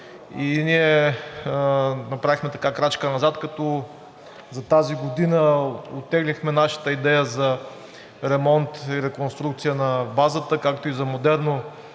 ние направихме крачка назад, като за тази година оттеглихме нашата идея за ремонт и реконструкция на базата, както и за модерно